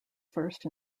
first